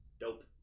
Dope